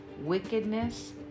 wickedness